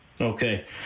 Okay